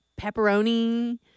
pepperoni